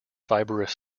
fibrous